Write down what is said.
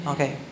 Okay